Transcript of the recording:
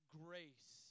grace